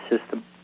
system